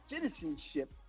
citizenship